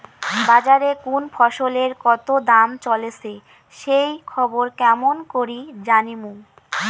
বাজারে কুন ফসলের কতো দাম চলেসে সেই খবর কেমন করি জানীমু?